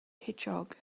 hedgehog